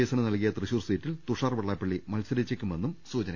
എസിന് നൽകിയ തൃശൂർ സീറ്റിൽ തുഷാർ വെള്ളാപ്പള്ളി മത്സരി ച്ചേക്കുമെന്നാണ് സൂചന